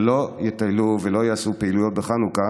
שלא יטיילו ולא יעשו פעילויות בחנוכה